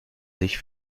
sich